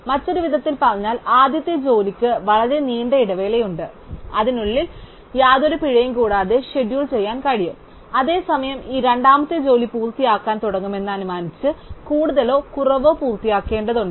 മറ്റൊരു വിധത്തിൽ പറഞ്ഞാൽ ആദ്യത്തെ ജോലിക്ക് വളരെ നീണ്ട ഇടവേളയുണ്ട് അതിനുള്ളിൽ യാതൊരു പിഴയും കൂടാതെ ഷെഡ്യൂൾ ചെയ്യാൻ കഴിയും അതേസമയം ഈ രണ്ടാമത്തെ ജോലി പൂർത്തിയാക്കാൻ തുടങ്ങുമെന്ന് അനുമാനിച്ച് കൂടുതലോ കുറവോ പൂർത്തിയാക്കേണ്ടതുണ്ട്